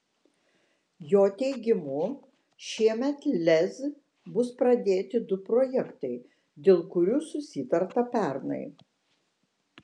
jo teigimu šiemet lez bus pradėti du projektai dėl kurių susitarta pernai